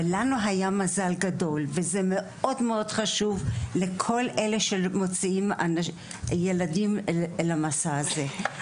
לנו היה מזל גדול וזה מאוד מאוד חשוב לכל אלה שמוציאים ילדים למסע הזה.